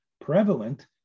prevalent